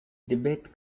debate